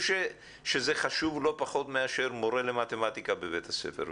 אני חושב שזה חשוב לא פחות מאשר מורה למתמטיקה בבית הספר,